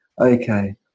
okay